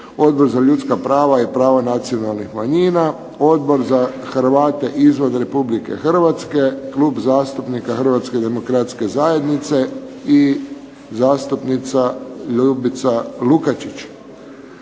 Odbor za ljudska prava i prava nacionalnih manjina, Odbor za Hrvate izvan Republike Hrvatske, Klub zastupnika Hrvatske demokratske zajednice i zastupnica Ljubica Lukačić.